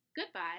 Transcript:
goodbye